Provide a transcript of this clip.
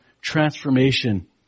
transformation